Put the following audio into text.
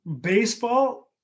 baseball